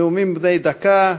נאומים בני דקה.